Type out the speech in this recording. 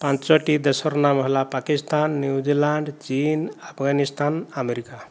ପାଞ୍ଚଟି ଦେଶର ନାମ ହେଲା Pakistan New Zealand Afghanistan America